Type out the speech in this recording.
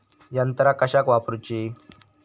यंत्रा कशाक वापुरूची?